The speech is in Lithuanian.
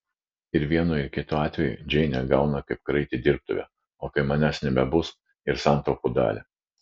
ir vienu ir kitu atveju džeinė gauna kaip kraitį dirbtuvę o kai manęs nebebus ir santaupų dalį